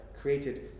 created